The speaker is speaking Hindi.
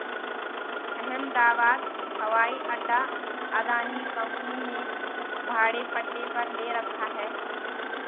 अहमदाबाद हवाई अड्डा अदानी कंपनी ने भाड़े पट्टे पर ले रखा है